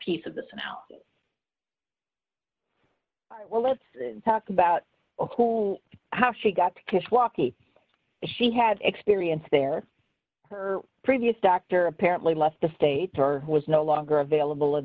iece of this analysis well let's talk about who how she got the cash walkie she had experience there her previous doctor apparently left the state or was no longer available in